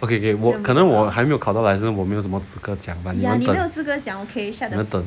okay 我可能我还没有考到 license 我有什么资格讲 but 你要等等